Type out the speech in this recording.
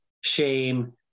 shame